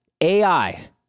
AI